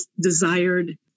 desired